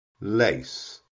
Lace